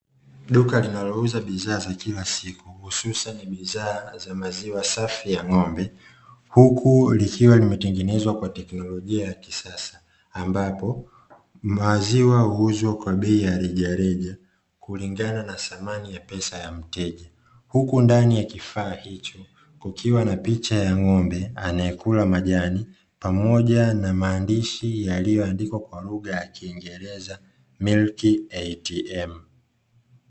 Duka linalouza bidhaa za kila siku hususani bidhaa za maziwa safi ya ng'ombe, huku likiwa limetengenezwa kwa teknolojia ya kisasa ambapo maziwa huuzwa kwa bei ya rejareja kulingana na thamani ya pesa ya mteja huku ndani ya kifaa hicho kukiwa na picha ya ng'ombe anayekula majani pamoja na maandishi yaliyoandikwa kwa lugha ya kiingereza "Milk ATM".